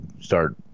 start